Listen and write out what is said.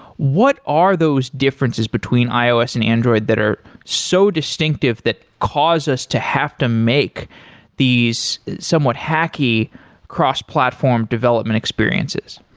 what are those differences between ios and android that are so distinctive that cause us to have to make these somewhat hack-y cross platform development experiences?